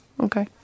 Okay